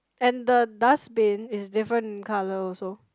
and the dustbin is different colour also